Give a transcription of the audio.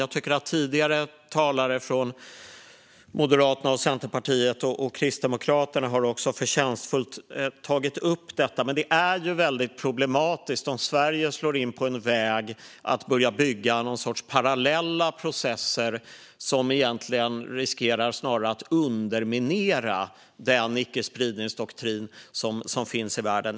Jag tycker att tidigare talare från Moderaterna, Centerpartiet och Kristdemokraterna förtjänstfullt har tagit upp detta. Det är väldigt problematiskt om Sverige slår in på en väg att börja bygga någon sorts parallella processer som egentligen snarare riskerar att underminera än att stärka den icke-spridningsdoktrin som finns i världen.